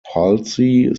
palsy